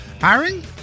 Hiring